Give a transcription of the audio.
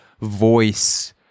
voice